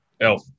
Elf